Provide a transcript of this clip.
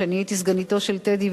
כשאני הייתי סגניתו של טדי,